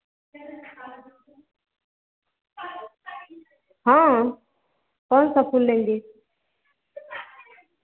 हाँ कौन सा फूल लेंगी